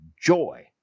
joy